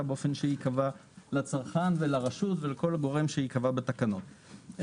באופן שייקבע לצרכן ולרשות ולכל גורם שייקבע בתקנות.